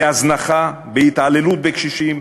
בהזנחה, בהתעללות בקשישים,